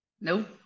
nope